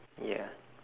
ya